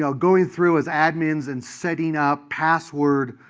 so going through as admins and setting up password